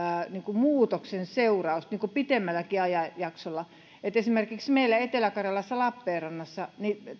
muutoksen seuraus pitemmälläkin ajanjaksolla esimerkiksi meillä etelä karjalassa lappeenrannassa